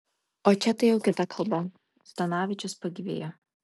o čia tai jau kita kalba zdanavičius pagyvėjo